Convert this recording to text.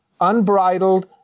unbridled